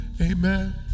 Amen